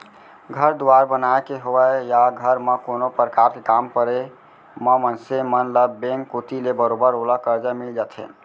घर दुवार बनाय के होवय या घर म कोनो परकार के काम परे म मनसे मन ल बेंक कोती ले बरोबर ओला करजा मिल जाथे